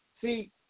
See